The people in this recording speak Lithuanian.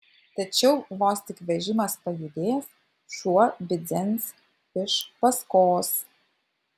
tačiau vos tik vežimas pajudės šuo bidzens iš paskos